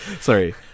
sorry